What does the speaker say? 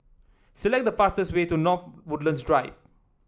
select the fastest way to North Woodlands Drive